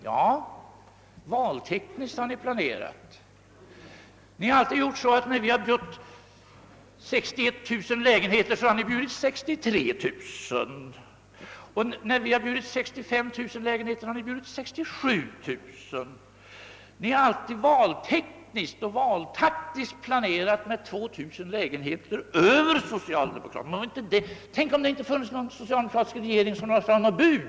Ja, valtek niskt har ni planerat. När vi har bjudit 61 000 lägenheter här ni bjudit 63 000, och när vi bjudit 65 000 har ni bjudit 67 000. Ni har alltid valtekniskt och valtaktiskt planerat med 2000 lägenheter mer än socialdemokraterna. Tänk om det inte funnes någon socialdemokratisk regering som lade fram något bud?